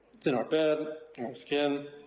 it's in our bed, our skin,